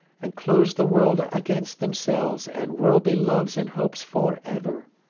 and close the world against themselves and worldly loves and hopes for ever.